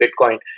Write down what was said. bitcoin